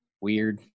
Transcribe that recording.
Weird